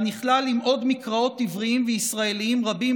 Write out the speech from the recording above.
הנכלל עם עוד מקראות עבריים וישראליים רבים